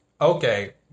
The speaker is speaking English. Okay